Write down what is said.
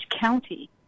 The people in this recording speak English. county